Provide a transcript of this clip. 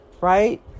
right